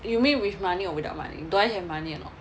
you mean with money or without money do I have money or not